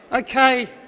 okay